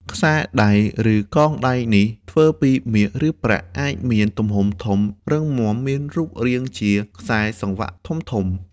ខ្សែដៃឬកងដៃនេះ ធ្វើពី មាស ឬប្រាក់ អាចមាន ទំហំធំ រឹងមាំ ឬមានរូបរាងជា ខ្សែសង្វាក់ធំៗ។